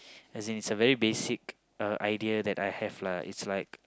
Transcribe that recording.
as in it's a very basic uh idea that I have lah it's like